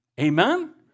Amen